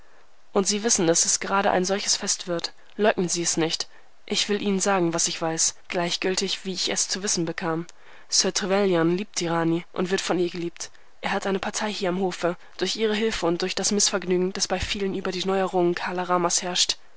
und sie wissen daß es gerade ein solches fest wird leugnen sie es nicht ich will ihnen sagen was ich weiß gleichgültig wie ich es zu wissen bekam sir trevelyan liebt die rani und wird von ihr geliebt er hat eine partei hier am hofe durch ihre hilfe und durch das mißvergnügen das bei vielen über die neuerungen kala ramas herrscht